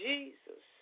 Jesus